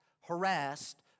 harassed